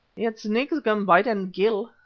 yet snakes can bite and kill,